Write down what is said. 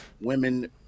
Women